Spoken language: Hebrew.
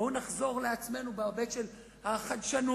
בואו נחזור לעצמנו בהיבט של החדשנות,